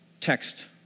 text